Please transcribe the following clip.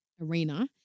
arena